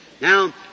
Now